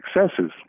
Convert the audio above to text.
successes